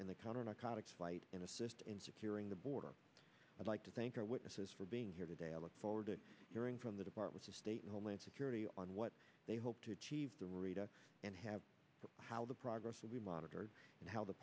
in the counter narcotics fight and assist in securing the border i'd like to thank our witnesses for being here today i look forward to hearing from the department of state and homeland security on what they hope to achieve the reader and have how the progress will be monitored and how the